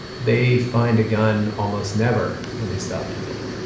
they find a gun almost never when they stop people,